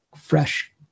fresh